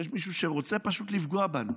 יש מישהו שרוצה פשוט לפגוע בנו.